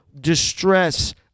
distress